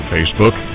Facebook